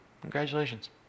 Congratulations